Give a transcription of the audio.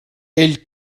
ell